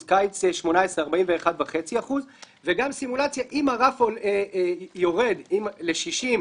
בקיץ 2018 41.5%. וגם סימולציה עם רף יורד ל-60,